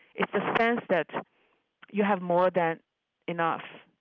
it's a sense that you have more than enough,